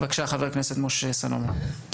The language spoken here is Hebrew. חבר הכנסת משה סלומון, בבקשה.